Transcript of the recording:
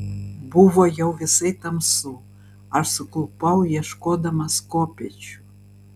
buvo jau visai tamsu aš suklupau ieškodamas kopėčių